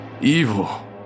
Evil